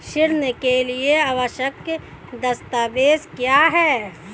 ऋण के लिए आवश्यक दस्तावेज क्या हैं?